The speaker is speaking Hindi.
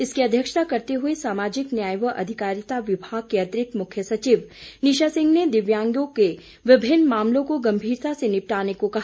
इसकी अध्यक्षता करते हुए सामाजिक न्याय व अधिकारिता विभाग के अतिरिक्त मुख्य सचिव निशा सिंह ने दिव्यांगों के विभिन्न मामलों को गम्भीरता से निपटाने को कहा